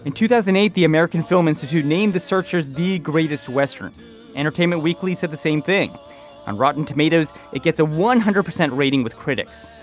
and two thousand and eight the american film institute named the searchers the greatest western entertainment weekly said the same thing on rotten tomatoes. it gets a one hundred percent rating with critics.